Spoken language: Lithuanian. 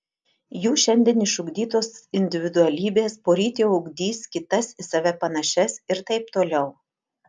jų šiandien išugdytos individualybės poryt jau ugdys kitas į save panašias ir taip toliau